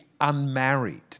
unmarried